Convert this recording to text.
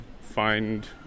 find